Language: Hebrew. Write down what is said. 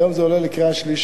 היום זה עולה לקריאה שלישית.